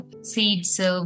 seeds